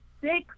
six